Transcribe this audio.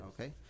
Okay